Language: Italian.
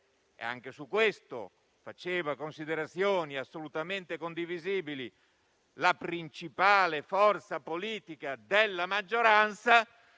Anche su questo faceva considerazioni assolutamente condivisibili la principale forza politica della maggioranza: